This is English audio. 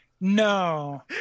No